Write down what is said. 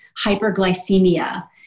hyperglycemia